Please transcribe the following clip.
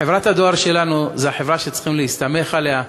חברת הדואר שלנו היא החברה שצריכים להסתמך עליה,